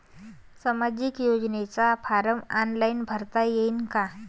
सामाजिक योजनेचा form online भरता येईन का?